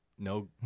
No